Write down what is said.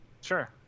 sure